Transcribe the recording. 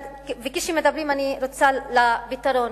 אני רוצה להגיע לפתרון,